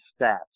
stats